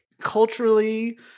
culturally